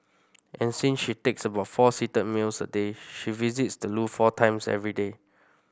and since she takes about four seated meals a day she visits the loo four times every day